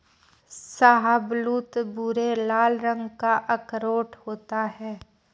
शाहबलूत भूरे लाल रंग का अखरोट होता है